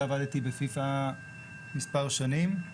ועבדתי בפיפ"א מספר שנים.